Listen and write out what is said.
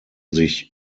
sich